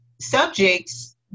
subjects